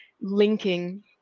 linking